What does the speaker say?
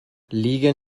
liegen